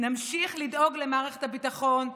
נמשיך לדאוג למערכת הביטחון,